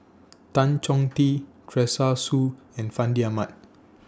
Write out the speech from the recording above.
Tan Chong Tee Teresa Hsu and Fandi Ahmad